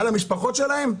על המשפחות שלהם?